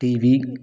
TV